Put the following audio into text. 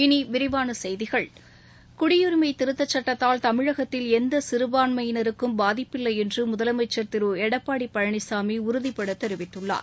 இனி விரிவான செய்கிகள் குடியுரிமை திருத்தச் சட்டத்தால் தமிழகத்தில் எந்த சிறபான்மையினருக்கும் பாதிப்பில்லை என்று முதலமைச்சர் திரு எடப்பாடி பழனிசாமி உறுதிப்பட தெரிவித்துள்ளார்